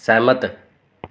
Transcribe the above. सैह्मत